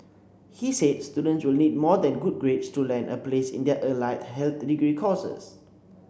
he said students will need more than good grades to land a place in their allied health did degree courses